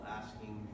asking